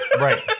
Right